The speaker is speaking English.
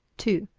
two.